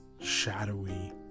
shadowy